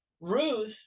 Ruth